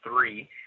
three